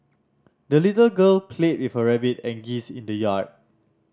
the little girl played with her rabbit and geese in the yard